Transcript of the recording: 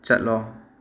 ꯆꯠꯂꯣ